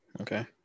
okay